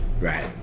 Right